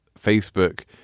Facebook